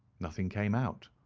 nothing came out